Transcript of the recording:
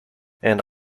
and